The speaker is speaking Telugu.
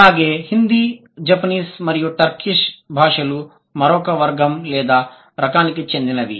అలాగే హిందీ జపనీస్ మరియు టర్కిష్ భాషలు మరొక వర్గం లేదా రకానికి చెందినవి